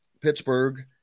Pittsburgh